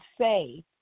say